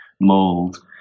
mold